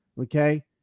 okay